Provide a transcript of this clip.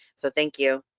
so thank you.